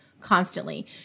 constantly